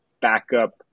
backup